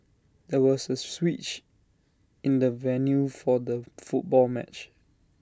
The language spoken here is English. there was A switch in the venue for the football match